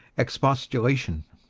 expostulation.